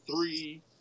three